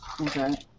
Okay